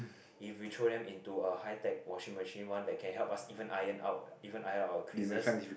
if we throw them into a high tech washing machine one that can help us even iron out even iron out our creases